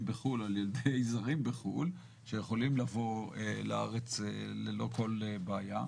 בחו"ל על ידי זרים בחו"ל שיכולים לבוא לארץ ללא כל בעיה.